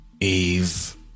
Eve